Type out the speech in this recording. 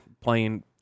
playing